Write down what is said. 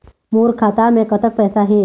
मोर खाता मे कतक पैसा हे?